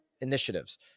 initiatives